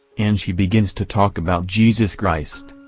and she begins to talk about jesus christ.